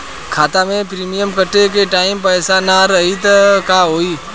खाता मे प्रीमियम कटे के टाइम पैसा ना रही त का होई?